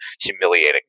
humiliating